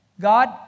God